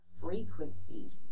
frequencies